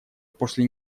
после